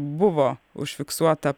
buvo užfiksuota